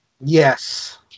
Yes